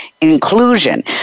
inclusion